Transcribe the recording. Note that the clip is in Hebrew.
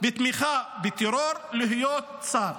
בתמיכה בטרור, להיות שר.